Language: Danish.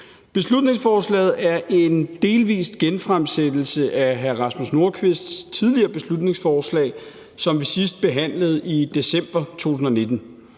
Beslutningsforslaget er en delvis genfremsættelse af hr. Rasmus Nordqvists tidligere beslutningsforslag, som vi sidst behandlede i december 2019.